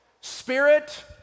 Spirit